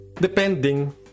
depending